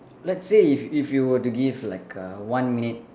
let's say if if you were to give like err one minute